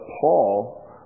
Paul